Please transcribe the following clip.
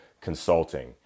consulting